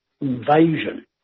invasion